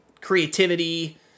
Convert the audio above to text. creativity